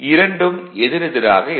இரண்டும் எதிர் எதிராக இருக்கும்